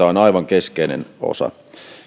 on aivan keskeinen osa